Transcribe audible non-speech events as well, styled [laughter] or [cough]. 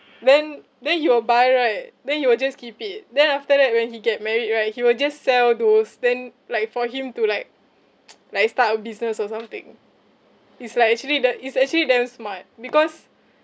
then then you will buy right then you will just keep it then after that when he get married right he will just sell those then like for him to like [noise] like uh start a business or something it's like actually the it's actually damn smart because